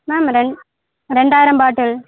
ma'am ரெண்டு ரெண்டாயிரம் பாட்டில்